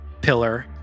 pillar